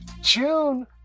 June